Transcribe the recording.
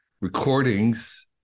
recordings